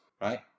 right